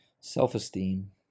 self-esteem